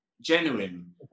genuine